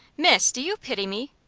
miss, do you pity me?